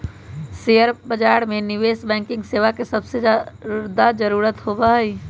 share बाजार में निवेश बैंकिंग सेवा के सबसे ज्यादा जरूरत होबा हई